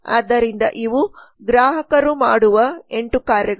ಆದ್ದರಿಂದ ಇವು ಗ್ರಾಹಕರು ಮಾಡುವ 8 ಕಾರ್ಯಗಳು